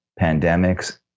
pandemics